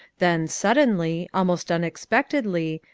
then suddenly, almost unexpectedly,